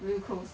you close